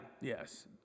Yes